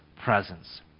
presence